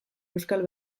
euskal